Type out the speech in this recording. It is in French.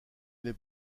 n’es